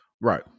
Right